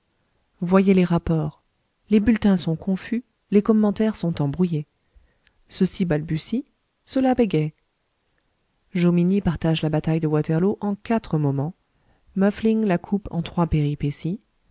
voyez les rapports les bulletins sont confus les commentaires sont embrouillés ceux-ci balbutient ceux-là bégayent jomini partage la bataille de waterloo en quatre moments muffling la coupe en trois péripéties